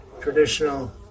traditional